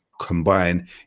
combine